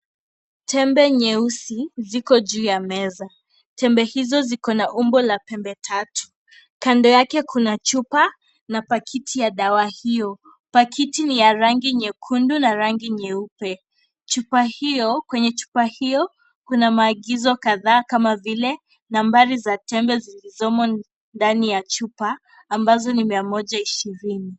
Tembe nyeusi ziko juu ya meza, tembe hizi ziko na umbo la pembe tatu, kando yake kuna chupa na pakiti ya dawa hio. Pakiti ni ya rangi nyekundu na rangi nyeupe, chuba hio, kwenye chupa hio kuna maagizo kadhaa kama vile numbari za tembe zilizomo ndani ya chupa, ambazo ni mia moja ishirini.